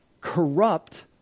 corrupt